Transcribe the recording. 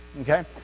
Okay